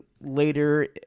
later